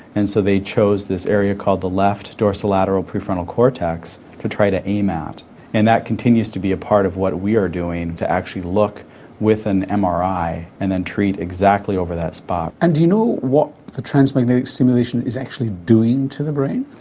and so they chose this area called the left dorsolateral prefrontal cortex to try to aim at and that continues to be a part of what we are doing to actually look with an um mri and and then treat exactly over that spot. and do you know what the transmagnetic stimulation is actually doing to the brain?